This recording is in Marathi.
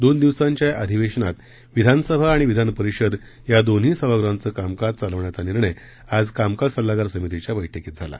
दोन दिवसांच्या या अधिवेशनात विधानसभा आणि विधान परिषद या दोन्ही सभागृहांचं कामकाज चालवण्याचा निर्णय आज कामकाज सल्लागार समितीच्या बैठकीत झाला